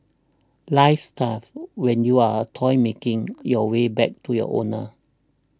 life's tough when you are a toy making your way back to your owner